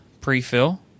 pre-fill